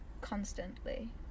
Constantly